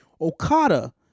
Okada